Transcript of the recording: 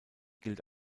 gilt